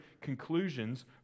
conclusions